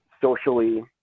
socially